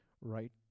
right